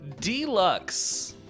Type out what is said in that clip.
Deluxe